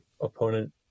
opponent